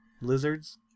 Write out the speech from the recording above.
lizards